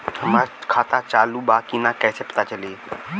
हमार खाता चालू बा कि ना कैसे पता चली?